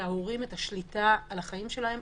להורים את השליטה על החיים שלהם,